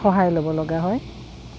সহায় ল'ব লগা হয়